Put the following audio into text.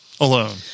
alone